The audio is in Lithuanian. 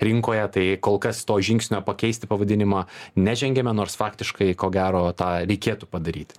rinkoje tai kol kas to žingsnio pakeisti pavadinimą nežengiame nors faktiškai ko gero tą reikėtų padaryt